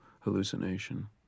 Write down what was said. hallucination